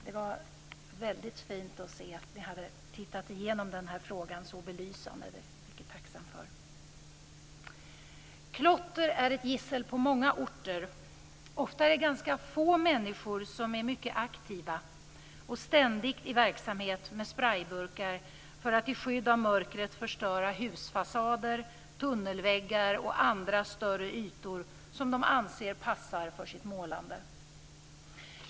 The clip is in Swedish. Det var väldigt fint att se att ni hade tittat så belysande på frågan. Det är jag mycket tacksam för. Klotter är ett gissel på många orter. Ofta är det ganska få människor som är mycket aktiva och ständigt i verksamhet med sprejburkar för att i skydd av mörkret förstöra husfasader, tunnelväggar och andra större ytor som de anser passar för sitt målande.